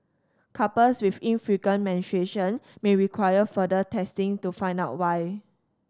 couples with infrequent menstruation may require further testing to find out why